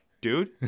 Dude